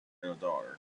daughter